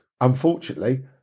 unfortunately